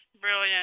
Brilliant